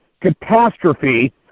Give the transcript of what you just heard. catastrophe